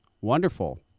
Wonderful